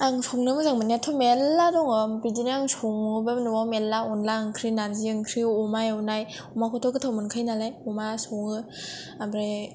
आं संनो मोजां मोन्नायथ मेरला दं बिदिनो आं संयोबाबो नयाव मेरला अनला ओंख्रि नार्जि ओंख्रि अमा एवनाय अमाखौथ' गोथाव मोनखायो नालाय अमा सङो आमफ्राय